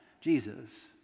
Jesus